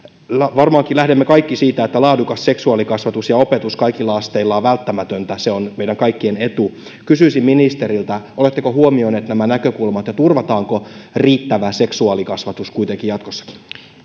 varmaankin lähdemme kaikki siitä että laadukas seksuaalikasvatus ja opetus kaikilla asteilla on välttämätöntä se on meidän kaikkien etu kysyisin ministeriltä oletteko huomioineet nämä näkökulmat ja turvataanko riittävä seksuaalikasvatus kuitenkin jatkossakin